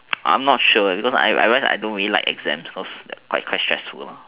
I am not sure because I realise I don't really like exams cause like quite stressful lah